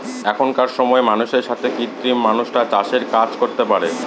এখনকার সময় মানুষের সাথে কৃত্রিম মানুষরা চাষের কাজ করতে পারে